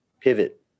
pivot